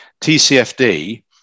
TCFD